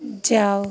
जाओ